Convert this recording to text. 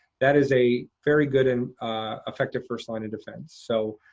that is a very good and effective first line of defense. so